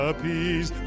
peace